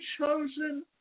chosen